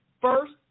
First